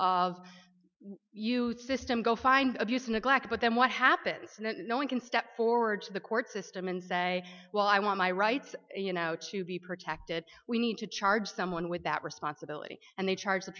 of youth system go find abuse neglect but then what happens now no one can step forward to the court system and say well i want my rights you know to be protected we need to charge someone with that responsibility and the charge